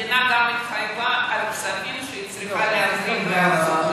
המדינה גם התחייבה על כספים שהיא צריכה להזרים לאסותא.